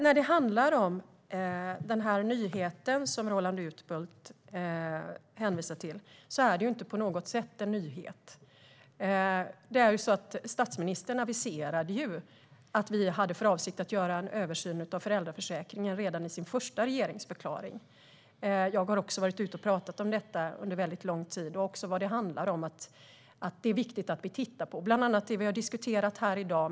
När det gäller den nyhet Roland Utbult hänvisar till är det inte på något sätt en nyhet. Statsministern aviserade ju redan i sin första regeringsförklaring att vi hade för avsikt att göra en översyn av föräldraförsäkringen. Jag har också varit ute och talar om detta under väldigt lång tid, också vad gäller att det är viktigt att titta på bland annat det vi har diskuterat här i dag.